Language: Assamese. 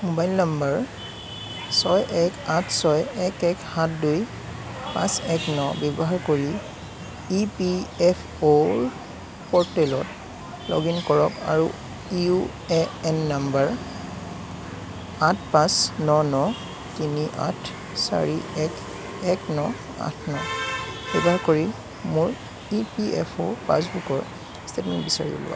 মোবাইল নম্বৰ ছয় এক আঠ ছয় এক এক সাত দুই পাঁচ এক ন ব্যৱহাৰ কৰি ই পি এফ অ' ৰ প'ৰ্টেলত লগ ইন কৰক আৰু ইউ এ এন নম্বৰ আঠ পাঁচ ন ন তিনি আঠ চাৰি এক এক ন আঠ ন ব্যৱহাৰ কৰি মোৰ ই পি এফ অ' পাছবুকৰ ষ্টেটমেণ্ট বিচাৰি উলিয়াওক